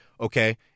Okay